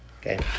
Okay